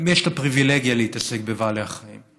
למי יש את הפריבילגיה להתעסק בבעלי החיים?